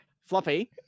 floppy